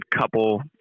couple